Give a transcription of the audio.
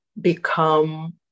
become